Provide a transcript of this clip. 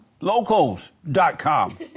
Locals.com